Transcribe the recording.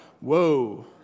whoa